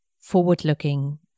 forward-looking